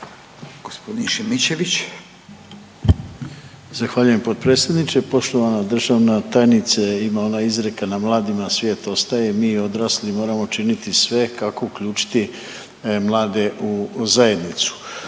Rade (HDZ)** Zahvaljujem potpredsjedniče. Poštovana državna tajnice, ima ona izreka, na mladima svijet ostaje, mi odrasli moramo činiti sve kako uključiti mlade u zajednicu.